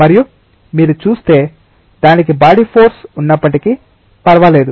మరియు మీరు చూస్తే దానికి బాడీ ఫోర్స్ ఉన్నప్పటికీ పర్వాలేదు